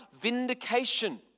vindication